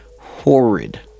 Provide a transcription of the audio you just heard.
Horrid